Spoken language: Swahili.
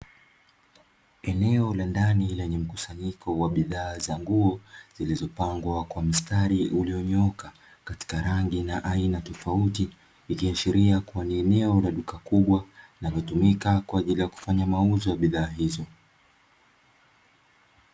Eneo la ndani lenye mkusanyiko wa bidhaa za nguo, zilizopangwa kwa mstari ulionyooka katika rangi na aina tofauti, ikiashiria kuwa ni eneo la duka kubwa linalotumika kwa ajili ya kufanya mauzo ya bidhaa hizo.